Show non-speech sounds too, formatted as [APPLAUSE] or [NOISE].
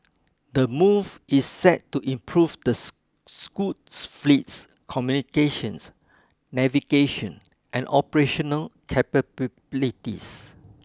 the move is set to improve the [UNINTELLIGIBLE] Scoot fleet's communications navigation and operational capabilities